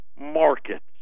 markets